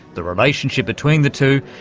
the relationship between the two,